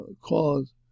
cause